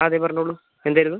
അതെ പറഞ്ഞോളൂ എന്തായിരുന്നു